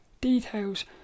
details